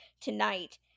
tonight